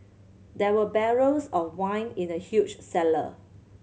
there were barrels of wine in the huge cellar